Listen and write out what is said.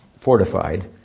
fortified